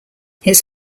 his